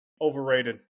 overrated